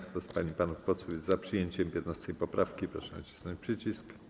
Kto z pań i panów posłów jest za przyjęciem 15. poprawki, proszę nacisnąć przycisk.